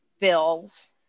bills